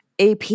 AP